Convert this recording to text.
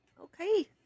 Okay